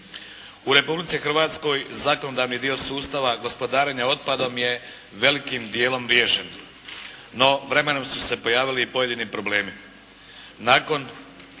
U Republici Hrvatskoj zakonodavni dio sustava gospodarenja otpadom je velikim dijelom riješen. No, vremenom su se pojavili pojedini problemi. Nakon